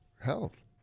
health